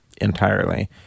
entirely